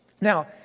Now